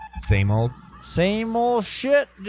same old same old ship